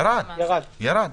ירד, בסדר.